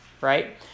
right